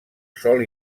sol